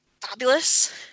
fabulous